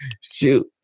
Shoot